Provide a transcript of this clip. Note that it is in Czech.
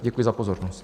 Děkuji za pozornost.